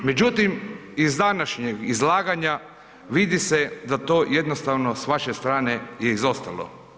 Međutim iz današnjeg izlaganja, vidi se da to jednostavno s vaše strane je izostalo.